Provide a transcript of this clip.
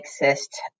exist